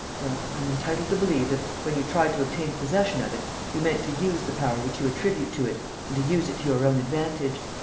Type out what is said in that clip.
well, i am entitled to believe that, when you tried to obtain possession of it, you meant to use the power which you attribute to it and to use it to your own advantage.